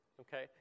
okay